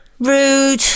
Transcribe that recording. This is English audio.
rude